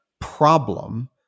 problem